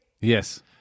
Yes